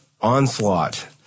onslaught